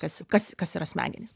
kas kas kas yra smegenys